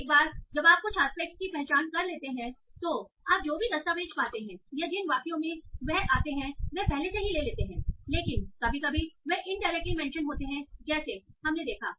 एक बार जब आप कुछ आस्पेक्टस की पहचान कर लेते हैं तो आप जो भी दस्तावेज पाते हैं या जिन वाक्यों में वह आते हैं वह पहले से ही ले लेते हैं लेकिन कभी कभी वे इनडायरेक्टली मेंशन होते हैं जैसे संदर्भ समय 0959 हमने देखा